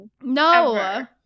No